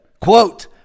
Quote